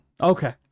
Okay